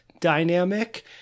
dynamic